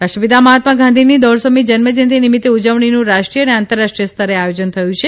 રાષ્ટ્રપિતા મહાત્મા ગાંધીજીની દોઢસોમી જન્મજયંતિ નિમિત્ત ઉજવણીનું રાષ્રી ્ય અને આંતરરાષ્રી ાય સ્તરે આયોજન થયું છે